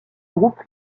groupe